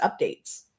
updates